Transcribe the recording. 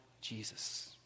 Jesus